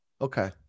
Okay